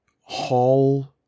hall